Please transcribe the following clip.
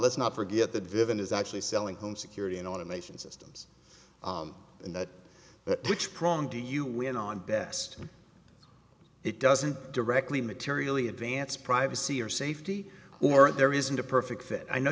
let's not forget that vivian is actually selling home security and automation systems and that which prong do you win on best it doesn't directly materially advance privacy or safety or there isn't a perfect fit i know